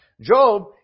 Job